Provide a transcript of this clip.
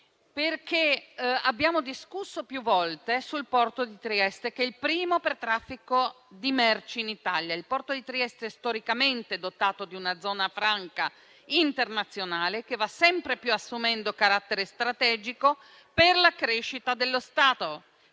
Abbiamo discusso più volte del porto di Trieste, il primo per traffico di merci in Italia. Il porto di Trieste storicamente è dotato di una zona franca internazionale, che va sempre più assumendo carattere strategico per la crescita dello Stato.